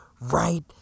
right